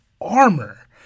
armor